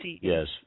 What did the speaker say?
yes